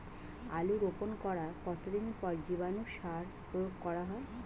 আলু রোপণ করার কতদিন পর জীবাণু সার প্রয়োগ করা হয়?